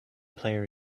player